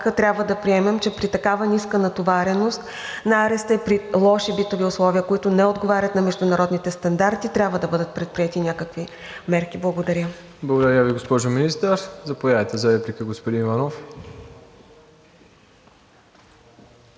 трябва да приемем, че при такава ниска натовареност на ареста, при лоши битови условия, които не отговарят на международните стандарти, трябва да бъдат предприети някакви мерки. Благодаря. ПРЕДСЕДАТЕЛ МИРОСЛАВ ИВАНОВ: Благодаря Ви, госпожо Министър. Заповядайте за реплика, господин Иванов.